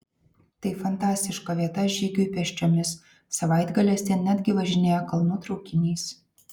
tai fantastiška vieta žygiui pėsčiomis savaitgaliais ten netgi važinėja kalnų traukinys